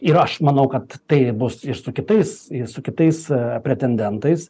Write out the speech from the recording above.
ir aš manau kad tai bus ir su kitais ir su kitais pretendentais